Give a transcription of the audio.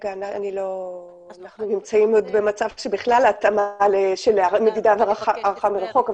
כרגע אנחנו נמצאים עוד במצב שבכלל ההתאמה של מדידה והערכה מרחוק,